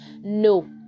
No